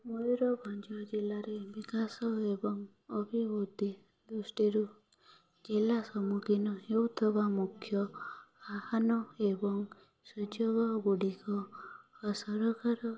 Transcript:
ମୟୁରଭଞ୍ଜ ଜିଲ୍ଲାରେ ବିକାଶ ଏବଂ ଅଭିବୃଦ୍ଧି ଦୃଷ୍ଟିରୁ ଜିଲ୍ଲା ସମ୍ମୁଖୀନ ହେଉଥିବା ମୁଖ୍ୟ ଆହ୍ୱାନ ଏବଂ ସୁଯୋଗ ଗୁଡ଼ିକ ଓ ସରକାର